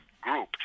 group